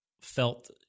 felt